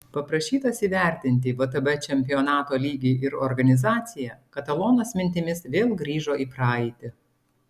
paprašytas įvertinti vtb čempionato lygį ir organizaciją katalonas mintimis vėl grįžo į praeitį